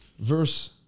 verse